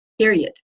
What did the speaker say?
period